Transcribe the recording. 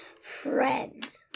friend